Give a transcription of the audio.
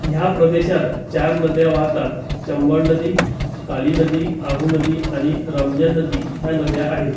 ह्या प्रदेशात चार नद्या वाहतात चंबळ नदी काली नदी आहू नदी आणि रमजान नदी ह्या नद्या आहेत